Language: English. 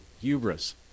hubris